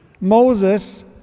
Moses